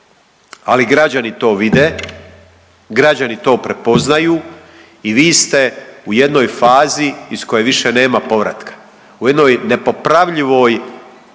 ali građani to vide, građani to prepoznaju i vi ste u jednoj fazi iz koje više nema povratka, u jednoj nepopravljivoj